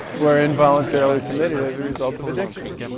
who are involuntarily committed as a result of addiction.